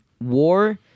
war